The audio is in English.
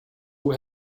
who